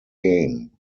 game